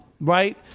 right